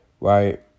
right